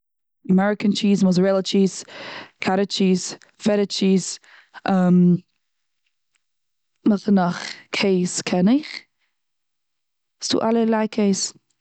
אמעריקאן טשיז, מאזערעלע טשיז, קאטאדזש טשיז, מאזערעלע טשיז, וואס נאך קעז קען איך? ס'דא אלע ערליי קעז.